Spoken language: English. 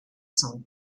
song